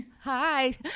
Hi